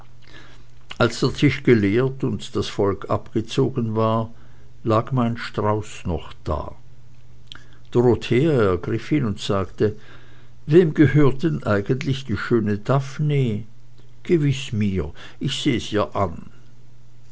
als der tisch geleert und das volk abgezogen war lag mein strauß noch da dorothea ergriff ihn und sagte wem gehört denn eigentlich die schöne daphne gewiß mir ich seh's ihr an